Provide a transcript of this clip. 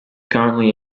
currently